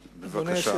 בבקשה.